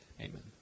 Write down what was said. Amen